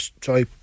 sorry